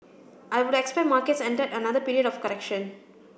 I would expect markets entered another period of correction